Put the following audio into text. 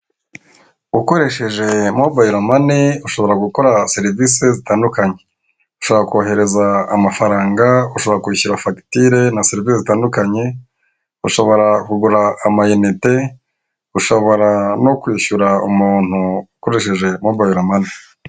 Ukoresheje mobayiro mane ushobora gukora serivisi zitandukanye ushaka kohereza amafaranga ushobora kwishyura fagitire na serivse zitandukanye ba ushobora kugura amayinite ushobora no kwishyura umuntu ukoresheje mobayiro mane.